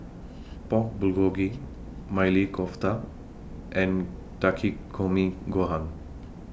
Pork Bulgogi Maili Kofta and Takikomi Gohan